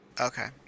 Okay